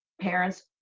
Parents